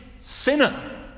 sinner